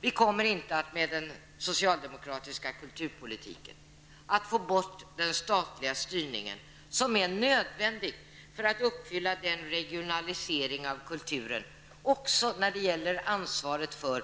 Vi kommer inte att med den socialdemokratiska kulturpolitiken få bort den statliga styrningen, trots att det är nödvändigt för att genomföra den regionalisering av kulturen som vi alla anser vara värdefull.